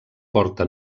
porta